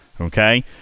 okay